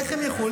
איך הם יכולים?